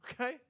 okay